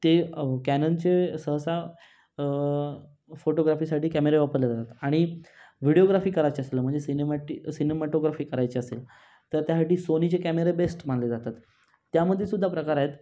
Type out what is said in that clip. ते कॅननचे सहसा फोटोग्राफीसाठी कॅमेरे वापरले जातात आणि व्हिडिओग्राफी करायची असेल म्हणजे सिनेमाटी सिनेमाटोग्राफी करायची असेल तर त्यासाठी सोनीचे कॅमेरे बेस्ट मानले जातात त्यामध्ये सुद्धा प्रकार आहेत